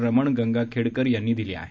रमण गंगाखेडकर यांनी दिली आहे